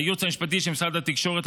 לייעוץ המשפטי של משרד התקשורת,